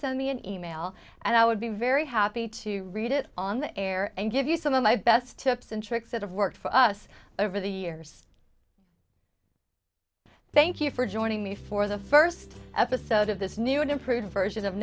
send me an e mail and i would be very happy to read it on the air and give you some of my best tips and tricks that have worked for us over the years thank you for joining me for the first episode of this new and improved version of